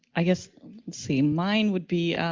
i guess see mine would be,